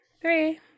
three